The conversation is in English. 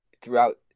throughout